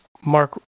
Mark